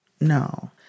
No